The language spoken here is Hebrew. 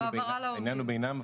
אתם העברתם את הכסף.